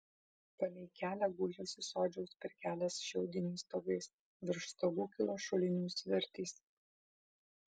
palei kelią gūžėsi sodžiaus pirkelės šiaudiniais stogais virš stogų kilo šulinių svirtys